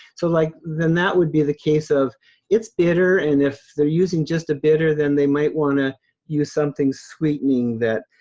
so like then that would be the case of it's bitter, and if they're using just a bitter, then they might wanna use something sweetening that.